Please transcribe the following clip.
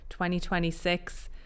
2026